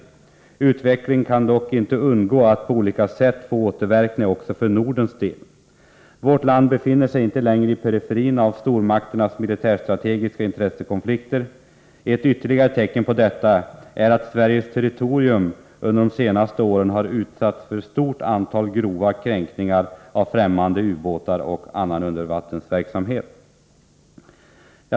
Utvecklingen kan dock inte undgå att på olika sätt få återverkningar också för Nordens del. Vårt land befinner sig inte längre i periferin av stormakternas militärstra tegiska intressekonflikter. Ett ytterligare tecken på detta är att Sveriges territorium under senare år har utsatts för ett stort antal grova kränkningar av främmande ubåtar och annan undervattensverksamhet.